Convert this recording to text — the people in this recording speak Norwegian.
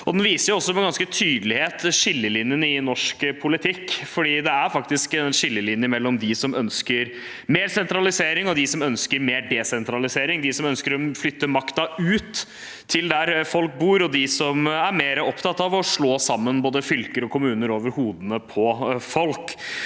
Den viser også med ganske stor tydelighet skillelinjene i norsk politikk, for det er faktisk en skillelinje mellom dem som ønsker mer sentralisering, og dem som ønsker mer desentralisering, mellom dem som ønsker å flytte makta ut til der folk bor, og dem som er mer opptatt av å slå sammen både fylker og kommuner over hodene på folk.